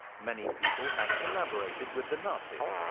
many people had collaborated with the nazis.